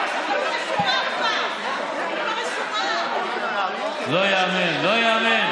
לא ייאמן, לא ייאמן.